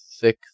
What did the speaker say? thick